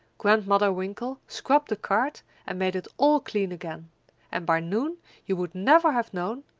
grandmother winkle scrubbed the cart and made it all clean again and by noon you would never have known,